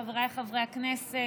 חבריי חברי הכנסת,